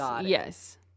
Yes